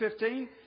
15